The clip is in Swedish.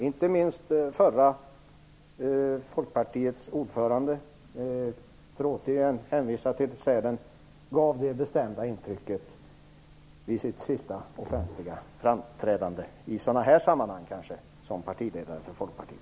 Inte minst Folkpartiets förra ordförande, för att återigen hänvisa till mötet i Sälen, gav det bestämda intrycket vid sitt sista offentliga framträdande som partiledare för Folkpartiet i sådana här sammanhang.